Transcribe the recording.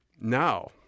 Now